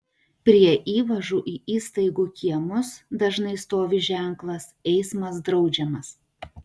prie įvažų į įstaigų kiemus dažnai stovi ženklas eismas draudžiamas